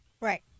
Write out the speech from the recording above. Right